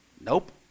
Nope